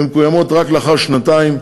והן מקוימות רק לאחר שנתיים,